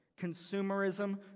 Consumerism